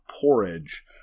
porridge